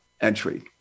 entry